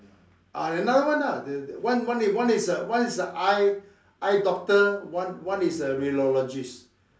ah another one lah the the one is one is one is the eye eye doctor one one is a radiologist